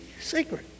secret